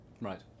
Right